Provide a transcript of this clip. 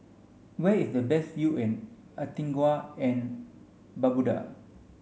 where is the best view in Antigua and Barbuda